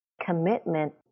commitment